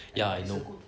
ya